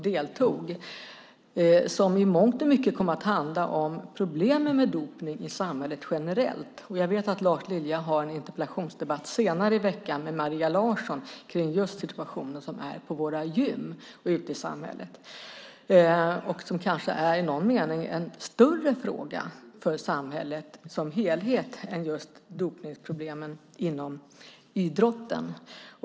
Den kom i mångt och mycket att handla om problemen med dopning i samhället generellt. Jag vet att Lars Lilja ska ha en interpellationsdebatt senare i veckan med Maria Larsson om situationen på våra gym och ute i samhället. Det är kanske i någon mening en större fråga för samhället som helhet än just dopningsproblemen inom idrotten.